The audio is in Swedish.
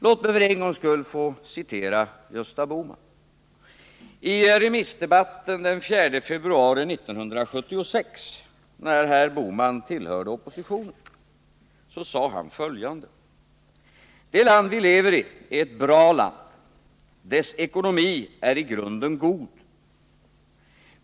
Låt mig för en gångs skull få citera Gösta Bohman. I remissdebatten den 4 februari 1976, när herr Bohman tillhörde oppositionen, sade han följande: ”Det land vi lever i — Sverige — är ett bra land. Dess ekonomi är i grunden god.